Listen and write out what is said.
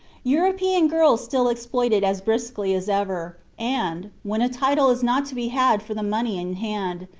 european girls still exploit it as briskly as ever and, when a title is not to be had for the money in hand,